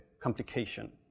complication